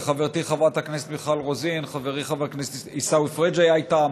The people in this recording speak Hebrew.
וחברתי חברת הכנסת מיכל רוזין וחברי חבר הכנסת עיסאווי פריג' היו איתם,